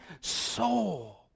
soul